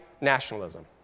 nationalism